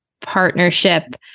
partnership